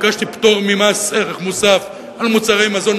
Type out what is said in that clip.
ביקשתי פטור ממס ערך מוסף על מוצרי מזון,